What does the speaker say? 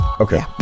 Okay